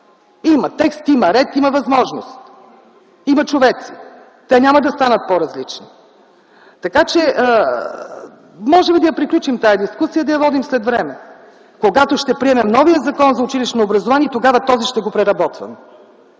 Има текст, има ред, има възможност, има човеци, те няма да станат по-различни. Така че можем да приключим тази дискусия и да я водим след време, когато ще приемем новия Закон за училищното образование и тогава този ще го преработваме,